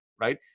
Right